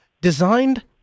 designed